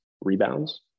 rebounds